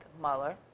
Mueller